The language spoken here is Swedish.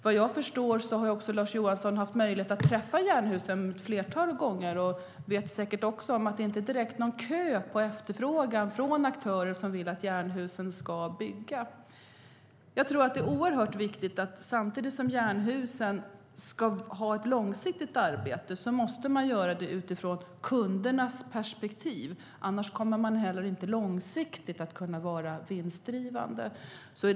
Vad jag förstår har Lars Johansson haft möjlighet att träffa Jernhusen ett flertal gånger och vet säkert att efterfrågan inte är så stor och att det inte är direkt någon kö av aktörer som vill att Jernhusen ska bygga. Jag tror att det är oerhört viktigt att Jernhusen samtidigt som man ska ha ett långsiktigt arbete måste göra arbetet utifrån kundernas perspektiv, annars kommer man inte heller långsiktigt att kunna vara vinstdrivande.